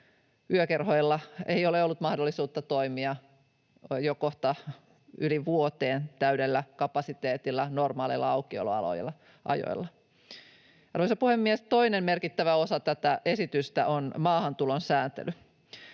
Yökerhoilla ei ole ollut mahdollisuutta toimia jo kohta yli vuoteen täydellä kapasiteetilla, normaaleilla aukioloajoilla. Arvoisa puhemies! Toinen merkittävä osa tätä esitystä on maahantulon sääntely.